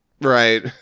Right